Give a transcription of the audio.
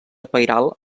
pairal